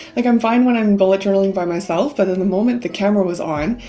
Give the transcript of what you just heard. like, i'm fine when i'm bullet journaling by myself, but in the moment, the camera was on,